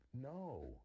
No